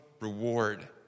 reward